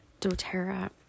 doTERRA